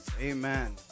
Amen